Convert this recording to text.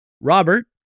Robert